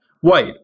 white